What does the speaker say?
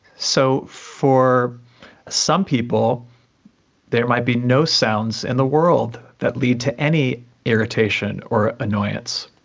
so for some people there might be no sounds in the world that lead to any irritation or annoyance.